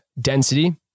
Density